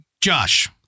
Josh